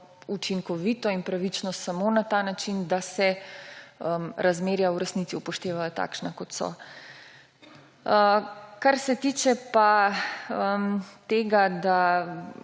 učinkovito in pravično samo na ta način, da se razmerja v resnici upoštevajo takšna, kot so. Strinjam se s